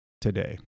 today